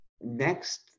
next